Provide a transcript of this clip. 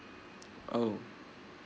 oh